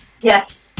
Yes